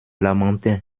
lamantins